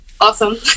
Awesome